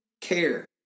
care